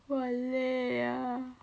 我很累